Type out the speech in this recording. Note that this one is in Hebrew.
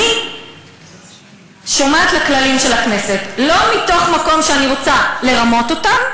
אני נשמעת לכללים של הכנסת לא מתוך מקום שאני רוצה לרמות אותם,